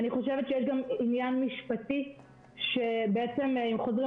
יש גם עניין משפטי שבעצם אם חוזרים